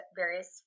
various